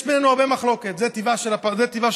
יש בינינו הרבה מחלוקת, זה טיבה של הכנסת.